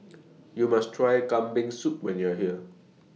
YOU must Try Kambing Soup when YOU Are here